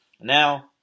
Now